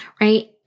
right